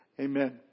Amen